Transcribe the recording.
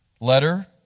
letter